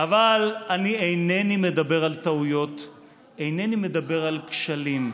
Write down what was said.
אבל אינני מדבר על טעויות, אינני מדבר על כשלים.